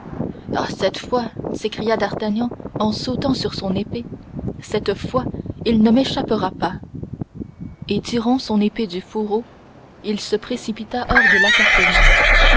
ah cette fois-ci s'écria d'artagnan en sautant sur son épée cette fois-ci il ne m'échappera pas et tirant son épée du fourreau il se précipita hors de l'appartement